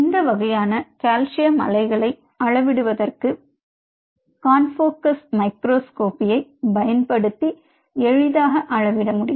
இந்த வகையான கால்சியம் அலைகளை அளவிடுவதற்கு கன்ஃபோகல் மைக்ரோஸ்கோபியைப் பயன்படுத்தி எளிதாக அளவிட முடியும்